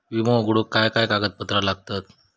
विमो उघडूक काय काय कागदपत्र लागतत?